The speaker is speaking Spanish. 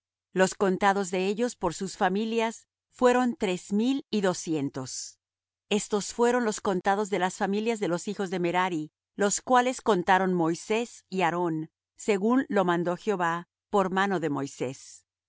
los contados de ellos por sus familias fueron tres mil y doscientos estos fueron los contados de las familias de los hijos de merari los cuales contaron moisés y aarón según lo mandó jehová por mano de moisés todos los